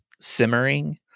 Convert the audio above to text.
simmering